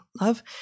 love